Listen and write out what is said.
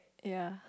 ya